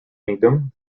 kingdom